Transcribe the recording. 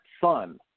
fun